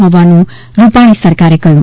હોવાનું રૂપાણી સરકારે કહ્યું